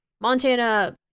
Montana